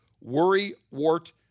worry-wart